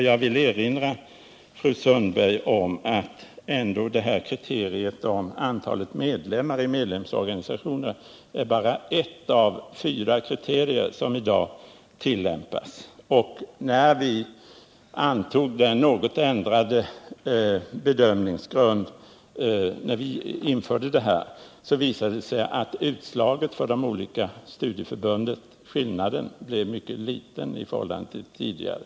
Jag vill erinra fru Sundberg om att antalet medlemmar i medlemsorganisationerna bara är ett av de fyra kriterier för fördelningen som i dag tillämpas. När vi införde detta system och bestämde oss för en något ändrad bedömningsgrund visade det sig att skillnaden då det gällde utslaget i form av bidrag för de olika studieförbunden blev mycket liten i förhållande till tidigare.